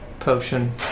potion